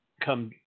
come